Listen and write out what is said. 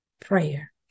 prayer